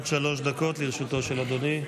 עד שלוש דקות לרשותו של אדוני.